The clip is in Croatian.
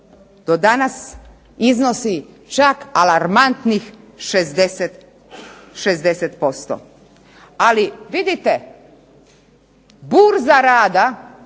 do danas iznosi čak alarmantnih 60%. Ali vidite, burza rada